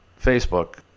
Facebook